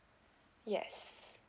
yes